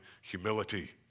humility